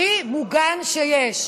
הכי מוגן שיש.